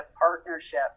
partnership